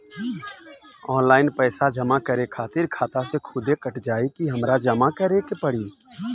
Online पैसा जमा करे खातिर खाता से खुदे कट जाई कि हमरा जमा करें के पड़ी?